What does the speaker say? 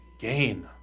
Gain